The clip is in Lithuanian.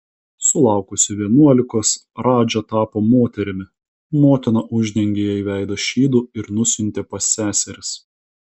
sulaukusi vienuolikos radža tapo moterimi motina uždengė jai veidą šydu ir nusiuntė pas seseris